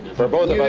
for both